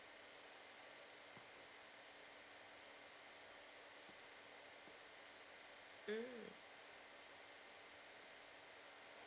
mm